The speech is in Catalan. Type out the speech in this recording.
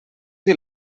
dir